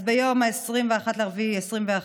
ביום 21 באפריל 2021,